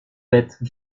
bêtes